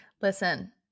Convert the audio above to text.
Listen